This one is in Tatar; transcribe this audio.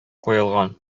куелган